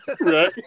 Right